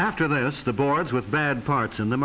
after this the boards with bad parts in the